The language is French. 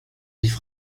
riff